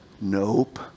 nope